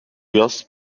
yaz